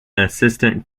assistant